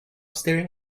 staring